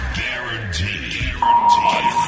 guaranteed